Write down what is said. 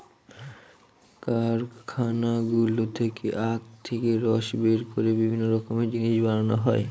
কারখানাগুলো থেকে আখ থেকে রস বের করে বিভিন্ন রকমের জিনিস বানানো হয়